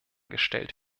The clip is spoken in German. gestellt